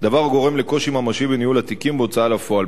דבר הגורם לקושי ממשי בניהול התיקים בהוצאה לפועל.